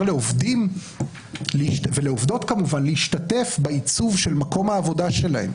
לעובדים ולעובדות להשתתף בעיצוב של מקום העבודה שלהם